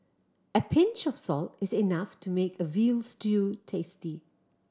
a pinch of salt is enough to make a veal stew tasty